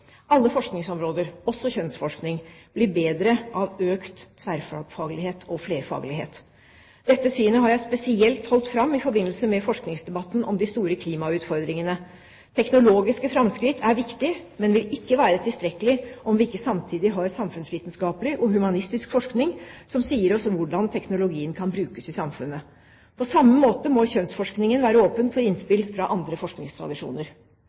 Alle forskningsområder, også kjønnsforskning, blir bedre av økt tverrfaglighet og økt flerfaglighet. Dette synet har jeg spesielt holdt fram i forbindelse med forskningsdebatten om de store klimautfordringene. Teknologiske framskritt er viktige, men vil ikke være tilstrekkelig om vi ikke samtidig har samfunnsvitenskapelig og humanistisk forskning som sier oss hvordan teknologien kan brukes i samfunnet. På samme måte må kjønnsforskningen være åpen for innspill fra andre forskningstradisjoner.